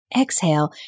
exhale